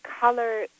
color